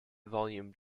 volume